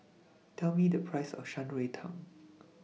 Tell Me The Price of Shan Rui Tang